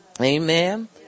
Amen